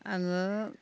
आङो